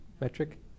Metric